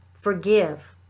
forgive